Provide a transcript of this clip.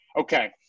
Okay